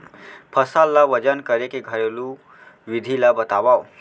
फसल ला वजन करे के घरेलू विधि ला बतावव?